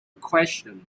question